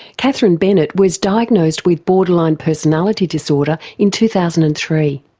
catherine bennett was diagnosed with borderline personality disorder in two thousand and three.